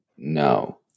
No